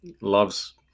loves